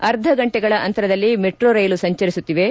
ಅರ್ಧ ಗಂಟೆಗಳ ಅಂತರದಲ್ಲಿ ಮೆಟ್ರೋ ರೈಲು ಸಂಚರಿಸುತ್ತಿವೆ